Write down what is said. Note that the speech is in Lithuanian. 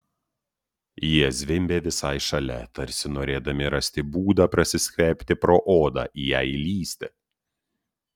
jie zvimbė visai šalia tarsi norėdami rasti būdą prasiskverbti pro odą į ją įlįsti